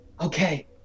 Okay